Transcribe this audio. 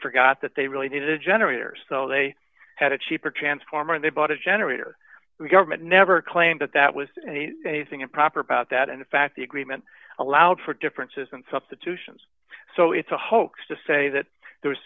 forgot that they really needed a generator so they had a cheaper transformer and they bought a generator the government never claimed that that was anything improper about that and in fact the agreement allowed for differences and substitutions so it's a hoax to say that there